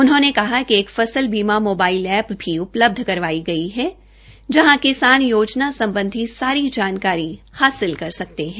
उन्होंने कहा कि एक फसल बीमा मोबाइल एप्प् भी उपलबध करवाई गई है जहां किसान योजना सम्बधी सारी जानकारी हासिल कर सकते है